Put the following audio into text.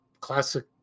classic